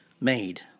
made